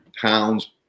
pounds